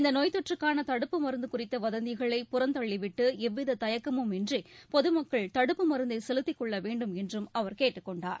இந்த நோய் தொற்றுக்கான தடுப்பு மருந்து குறித்த வதந்திகளை புறந்தள்ளி விட்டு எவ்வித தயக்கமும் இன்றி பொதுமக்கள் தடுப்பு மருந்தை செலுத்திக் கொள்ள வேண்டும் என்றும் அவர் கேட்டுக் கொண்டார்